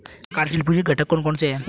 कार्यशील पूंजी के घटक कौन कौन से हैं?